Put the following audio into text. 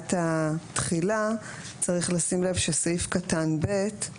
מבחינת התחילה, צריך לשים לב שסעיף קטן (ב)